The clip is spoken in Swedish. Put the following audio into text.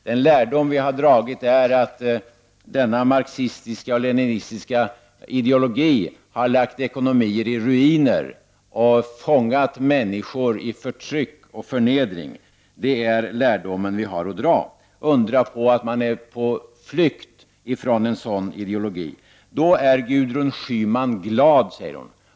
Den lärdom vi har dragit är att denna marxistiska och leninistiska ideologi har lagt ekonomier i ruiner och fångat människor i förtryck och förnedring. Det är lärdomen vi har att dra. Det är inte att undra på att man är på flykt ifrån en sådan ideologi. Då är Gudrun Schyman glad, säger hon.